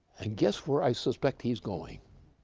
and guess where i suspect he's going?